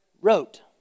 Wrote